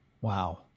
Wow